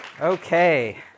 Okay